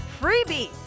freebie